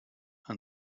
and